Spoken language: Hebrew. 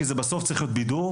כי זה בסוף צריך להיות בידור,